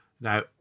Now